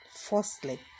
Firstly